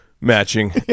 matching